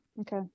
okay